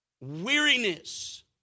weariness